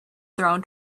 thrown